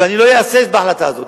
ואיפה היתה הזעקה אז?